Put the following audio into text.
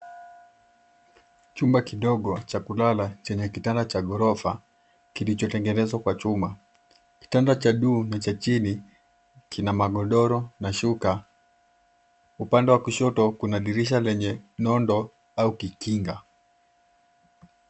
Chumba kidogo cha kulala chenye kitanda cha ghorofa kilichotengenezwa kwa chuma . Kitanda cha juu na chini kina magodoro na shuka. Upande wa kushoto, kuna dirisha lenye nondo au kikinga.